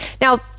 Now